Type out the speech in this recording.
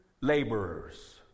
laborers